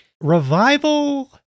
Revival